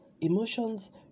emotions